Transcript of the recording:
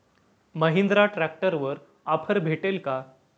महिंद्रा ट्रॅक्टरवर ऑफर भेटेल का?